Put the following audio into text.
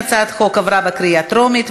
הצעת החוק עברה בקריאה הטרומית,